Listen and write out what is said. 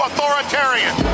authoritarian